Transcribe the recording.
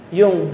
yung